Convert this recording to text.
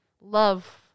love –